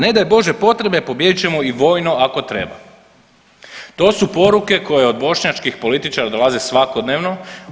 Ne daj Bože potrebe pobijedit ćemo i vojno ako treba.“ To su poruke koje od bošnjačkih političara dolaze svakodnevno.